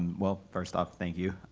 well, first off, thank you.